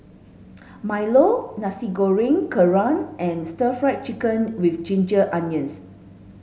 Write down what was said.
Milo Nasi Goreng Kerang and stir fried chicken with ginger onions